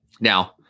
Now